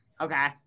okay